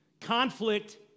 Conflict